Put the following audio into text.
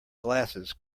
glasses